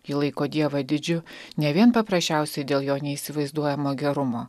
ji laiko dievą didžiu ne vien paprasčiausiai dėl jo neįsivaizduojamo gerumo